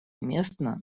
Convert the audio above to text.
уместно